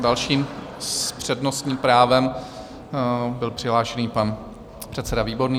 Dalším s přednostním právem byl přihlášený pan předseda Výborný.